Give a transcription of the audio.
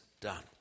done